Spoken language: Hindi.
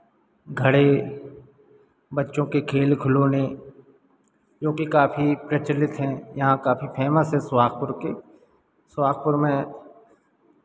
घड़े बच्चों के खेल खिलौने जो कि काफी प्रचलित हैं यहाँ काफी फेमस हैं सोहागपुर के सोहागपुर में